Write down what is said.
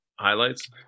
highlights